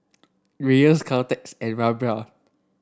Dreyers Caltex and Rayban